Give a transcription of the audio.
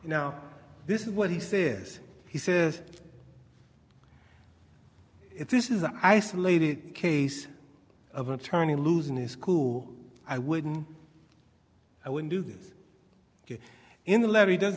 now this is what he says says he if this is an isolated case of an attorney losing his cool i wouldn't i would do this in the larry do